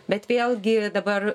bet vėlgi dabar